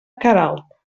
queralt